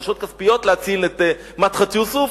דרישות כספיות להציל את מדחת יוסף,